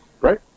right